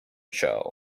show